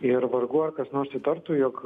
ir vargu ar kas nors įtartų jog